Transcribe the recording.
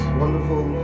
wonderful